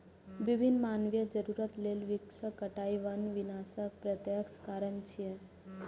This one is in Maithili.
विभिन्न मानवीय जरूरत लेल वृक्षक कटाइ वन विनाशक प्रत्यक्ष कारण छियै